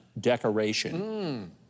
decoration